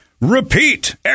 repeat